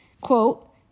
quote